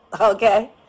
okay